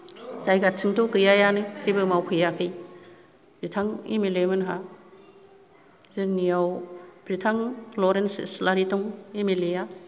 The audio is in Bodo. जायगाथिं'थ गैयायानो जेबो मावफैयाखै बिथां एम एल ए मोनहा जोंनियाव बिथां लरेन्ज इस्लारि दं एम एल ए आ